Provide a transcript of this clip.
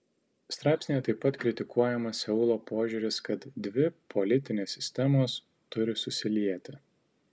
straipsnyje taip pat kritikuojamas seulo požiūris kad dvi politinės sistemos turi susilieti